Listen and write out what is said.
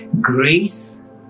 Grace